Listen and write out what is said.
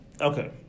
Okay